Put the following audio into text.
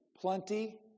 plenty